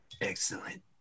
Excellent